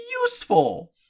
useful